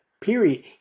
Period